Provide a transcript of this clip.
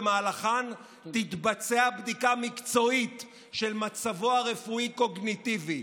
שבמהלכם תתבצע בדיקה מקצועית של מצבו הרפואי-קוגניטיבי.